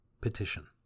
Petition